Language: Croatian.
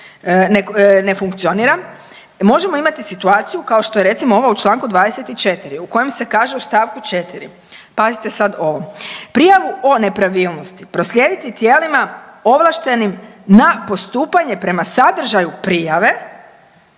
ne funkcionira možemo imati situaciju kao što je recimo ova u čl. 24. u kojem se kaže u st. 4., pazite sad ovo „Prijavu o nepravilnosti proslijediti tijelima ovlaštenim na postupanje prema sadržaju prijave,